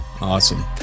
Awesome